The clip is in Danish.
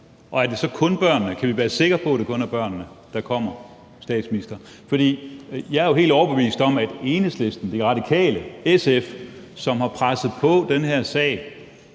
Og er det så kun børnene? Kan vi være sikre på, at det kun er børnene, der kommer, statsminister? For jeg er jo helt overbevist om, at Enhedslisten, De Radikale, SF, som har presset på i den her sag